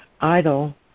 idle